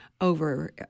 over